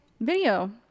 video